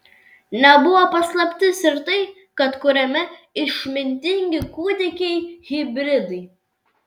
nebuvo paslaptis ir tai kad kuriami išmintingi kūdikiai hibridai